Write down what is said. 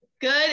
Good